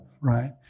Right